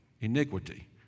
iniquity